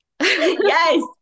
yes